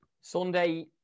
Sunday